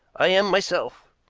i am myself.